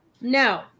No